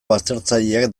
baztertzaileak